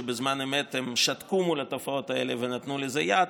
שבזמן אמת שתקו אל מול התופעות האלו ונתנו לזה יד.